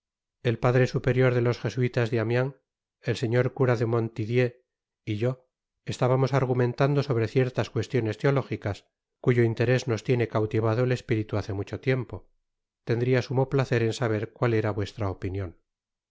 el padre superior de los jesuítas de amiens el señor cura de montdmier y yo estábamos argumentando sobre ciertas cuestiones teológicas cuyo interés nos tiene cautivado el espíritu hace mucho tiempo tendría sumo placer en saber cual era vuestra opinion